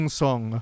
song